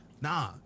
nah